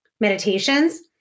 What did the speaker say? meditations